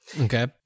Okay